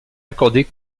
accordées